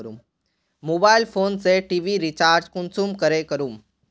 Mobile phone से TV recharge कुंसम करे करूम?